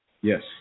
Yes